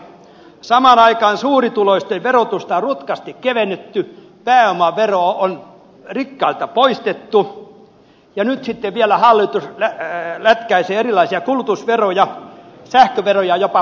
samaan aikaan suurituloisten verotusta on rutkasti kevennetty pääomavero on rikkailta poistettu ja nyt sitten vielä hallitus lätkäisee erilaisia kulutusveroja sähköveroja jopa parikymmentä prosenttia